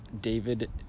David